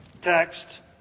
text